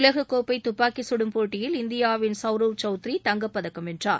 உலக கோப்பை துப்பாக்கி கடும் போட்டியில் இந்தியாவின் சவ்ரவ் சவுத்ரி தங்கப்பதக்கம் வென்றா்